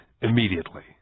immediately